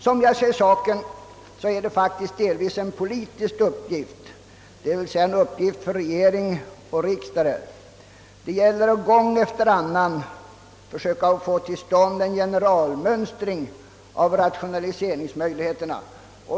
Som jag ser saken är det faktiskt delvis en politisk uppgift, d.v.s. en uppgift för regering och riksdag att på allvar ta sig an rationaliseringsfrågan. Det gäller att gång efter annan försöka få till stånd en generalmönstring av rationaliseringsmöjligheterna.